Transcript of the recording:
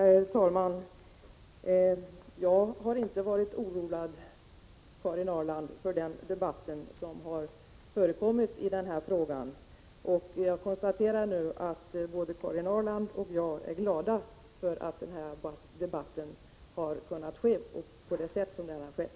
Herr talman! Jag har inte varit oroad, Karin Ahrland, för den debatt som har förekommit i den här frågan. Jag konstaterar nu att både Karin Ahrland och jag är glada för att debatten har kunnat föras på det sätt som har skett.